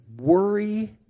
worry